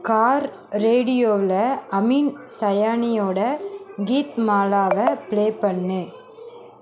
car ரேடியோவில் அமீன் சயானியோட கீத்மாலாவை பிளே பண்ணு